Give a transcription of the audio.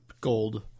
gold